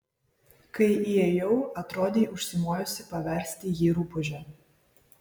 kai įėjau atrodei užsimojusi paversti jį rupūže